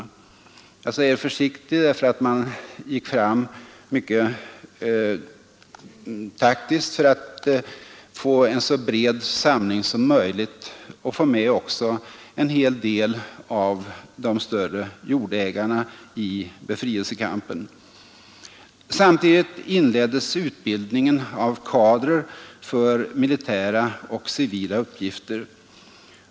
Jag säger ”försiktig” därför att man gick fram mycket taktiskt för att få en så bred samling som möjligt och också få med en hel del av de större jordägarna i befrielsekampen. Samtidigt inleddes utbildningen av kadrer för militära och civila uppgifter.